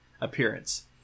appearance